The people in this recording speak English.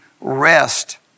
rest